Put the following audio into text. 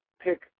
pick